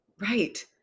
Right